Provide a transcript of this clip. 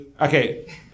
Okay